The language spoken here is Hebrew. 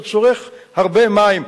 זה צורך הרבה מים.